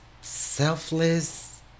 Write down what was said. selfless